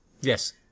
Yes